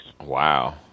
Wow